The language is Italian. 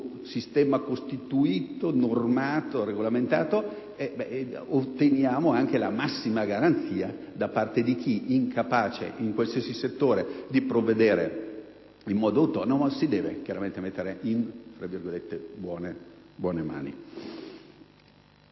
sistema costituito, normato e regolamentato, otteniamo anche la massima garanzia da parte di chi, incapace in qualsiasi settore di provvedere in modo autonomo, si deve chiaramente mettere in buone mani.